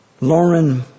Lauren